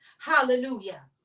hallelujah